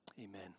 Amen